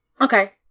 Okay